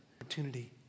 Opportunity